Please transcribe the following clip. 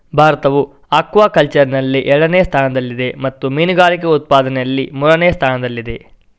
ಭಾರತವು ಅಕ್ವಾಕಲ್ಚರಿನಲ್ಲಿ ಎರಡನೇ ಸ್ಥಾನದಲ್ಲಿದೆ ಮತ್ತು ಮೀನುಗಾರಿಕೆ ಉತ್ಪಾದನೆಯಲ್ಲಿ ಮೂರನೇ ಸ್ಥಾನದಲ್ಲಿದೆ